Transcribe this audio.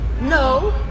No